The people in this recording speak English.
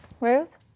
Ruth